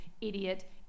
Idiot